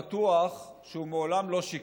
בטוח שהוא מעולם לא שיקר,